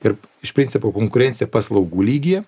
ir iš principo konkurencija paslaugų lygyje